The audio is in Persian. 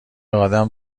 آدم